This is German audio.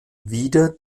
wieder